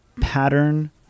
pattern